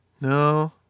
No